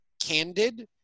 candid